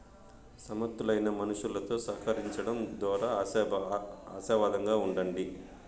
సమర్థులైన మనుసులుతో సహకరించడం దోరా ఆశావాదంగా ఉండండి